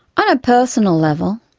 on a personal level,